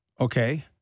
okay